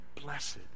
blessed